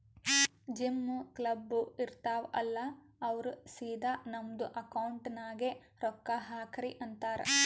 gym, club, ಇರ್ತಾವ್ ಅಲ್ಲಾ ಅವ್ರ ಸಿದಾ ನಮ್ದು ಅಕೌಂಟ್ ನಾಗೆ ರೊಕ್ಕಾ ಹಾಕ್ರಿ ಅಂತಾರ್